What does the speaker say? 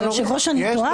היושב-ראש, אני טועה?